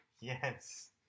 yes